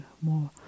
more